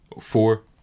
Four